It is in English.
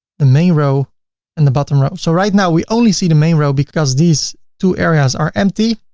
the main row and the bottom row. so right now, we only see the main row because these two areas are empty.